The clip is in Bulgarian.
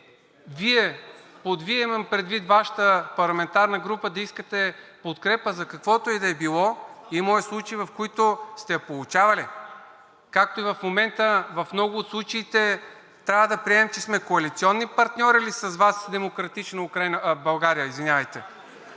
Вие – под Вие имам предвид Вашата парламентарна група, да искате подкрепа за каквото и да било, имало е случаи, в които сте я получавали, както и в момента, в много от случаите трябва да приемем, че сме коалиционни партньори ли с Вас и „Демократична Украйна“,